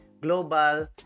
global